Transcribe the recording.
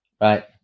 right